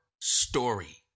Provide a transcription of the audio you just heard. story